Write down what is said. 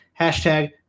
hashtag